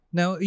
Now